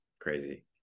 crazy